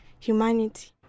Humanity